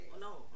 no